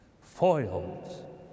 foiled